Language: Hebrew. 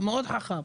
מאוד חכם.